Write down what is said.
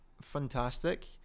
fantastic